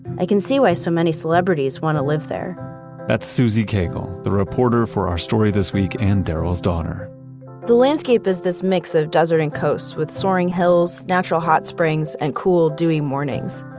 i can see why so many celebrities wanna live there that's susie cagle, the reporter for our story this week, and daryl's daughter the landscape is this mix of desert and coast, with soaring hills, natural hot springs, and cool dewy mornings.